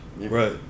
Right